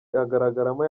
agaragaramo